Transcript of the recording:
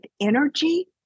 energy